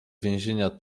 więzienia